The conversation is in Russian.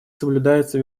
соблюдается